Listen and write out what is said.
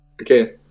Okay